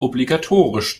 obligatorisch